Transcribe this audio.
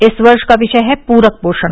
इस वर्ष का विषय है पूरक पोषण